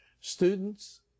students